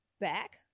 back